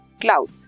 cloud